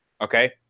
Okay